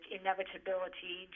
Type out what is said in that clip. inevitability